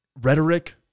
rhetoric